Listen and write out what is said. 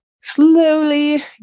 slowly